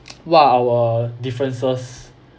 what our differences